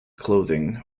clothing